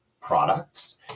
Products